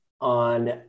on